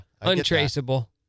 Untraceable